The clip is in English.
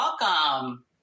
Welcome